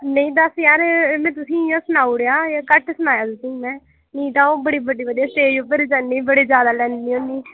नेईं दस्स ज्हार में तुसेईं इ'यां सुनाई ओड़ेआ अजें घट्ट सनाया तुसें में नेईं ते अ'ऊं बड़े बड्डे बड्डे स्टेज उप्पर गान्नी बड़े जैदा लैन्नी होन्नी